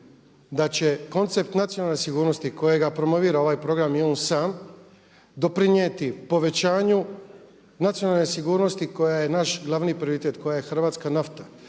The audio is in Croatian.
da će koncept nacionalne sigurnosti kojega promovira ovaj program i on sam doprinijeti povećanju nacionalne sigurnosti koja je naš glavni prioritet koji je hrvatska nafta.